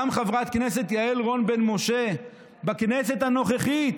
גם חברת כנסת יעל רון בן משה בכנסת הנוכחית